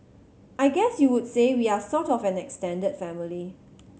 I guess you would say we are sort of an extended family